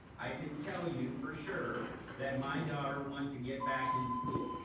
i can tell you for sure that my daughter wants to get back in school,